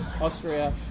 Austria